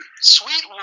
sweet